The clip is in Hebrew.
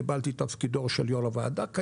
קיבלתי את תפקידו של יושב-ראש הוועדה כיום,